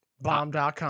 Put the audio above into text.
Bomb.com